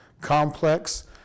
complex